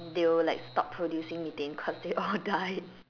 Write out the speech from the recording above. they will like stop producing methane cause they all died